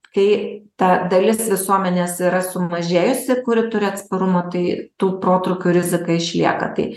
kai ta dalis visuomenės yra sumažėjusi kuri turi atsparumą tai tų protrūkių rizika išlieka tai